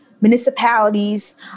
municipalities